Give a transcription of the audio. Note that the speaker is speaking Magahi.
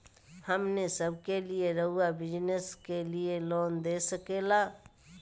हमने सब के लिए रहुआ बिजनेस के लिए लोन दे सके ला?